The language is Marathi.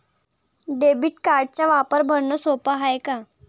डेबिट कार्डचा वापर भरनं सोप हाय का?